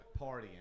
partying